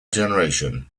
generation